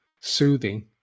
soothing